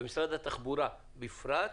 ומשרד התחבורה בפרט,